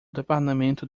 departamento